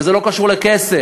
וזה לא קשור לכסף,